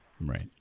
Right